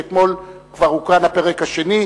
ואתמול כבר הוקרן הפרק השני,